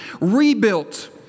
rebuilt